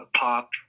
pop